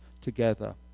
together